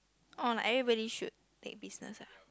oh like everybody should take business lah